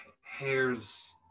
hairs